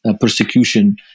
persecution